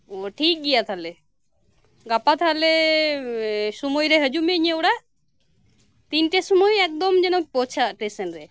ᱳ ᱴᱷᱤᱠ ᱜᱮᱭᱟ ᱛᱟᱦᱚᱞᱮ ᱜᱟᱯᱟ ᱛᱟᱦᱚᱞᱮ ᱥᱚᱢᱚᱭ ᱨᱮ ᱦᱤᱡᱩᱜ ᱢᱮ ᱤᱧᱟᱹᱜ ᱚᱲᱟᱜ ᱛᱤᱱᱴᱟ ᱥᱚᱢᱚᱭ ᱮᱠᱫᱚᱢ ᱡᱮᱱᱚᱢ ᱯᱚᱣᱪᱷᱟ ᱥᱴᱮᱥᱚᱱ ᱨᱮ